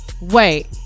Wait